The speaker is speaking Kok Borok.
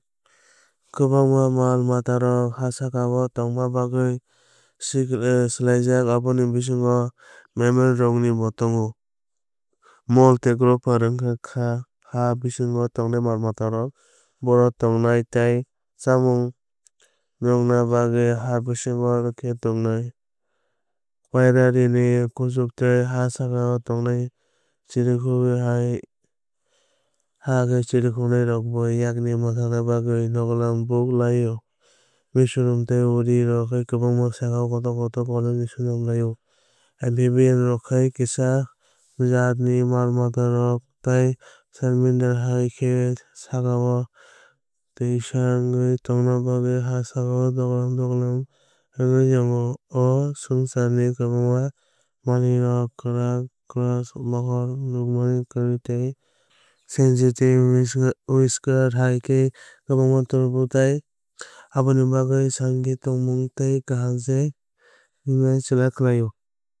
Kwbangma mal matarok ha sakao tongna bagwi swlaijak aboni bisingo mammals rok ni bo tongo. Moles tei gophers wngkha khe haa bisingo tongnai mal matarok bohrok tongthai tei chamung narwkna bagwi haa bisingo khe tongnai. Prairie ni kusurok tei ha sakao tongnai chirikhok hai khe chirikhóknairokbo yakni mwthangna bagwi duglam dug lai o. Misorom tei uri hai khe kwbangma ha sakao kotor kotor colony swnam laio. Amphibians rok khai kisa jat ni mal mata tei salamander hai khe ha sakao twisa wngwi tongna bagwi ha sakao duglam duglam wngwi tongnai. O swngcharni kwbangma manwirok kwrak claws mokol nukmani kwrwi tei sensitive whiskers hai khe khakchangma tubuo. Tai abo bai sakani tongmung tei kaham khe himna chubachu khlaio.